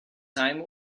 time